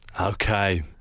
Okay